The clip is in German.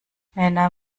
männer